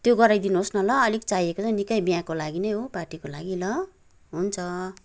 त्यो गराई दिनुहोस् न ल अलिक चाहिएको छ निकै बिहाको लागि नै हो पार्टीको लागि ल हुन्छ